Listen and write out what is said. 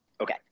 Okay